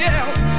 else